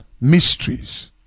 mysteries